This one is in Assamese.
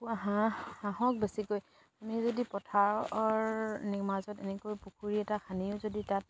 কুকুৰা হাঁহ হাঁহক বেছিকৈ আমি যদি পথাৰৰ নি মাজত এনেকৈ পুখুৰী এটা খান্দিও যদি তাত